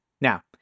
Now